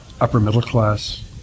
upper-middle-class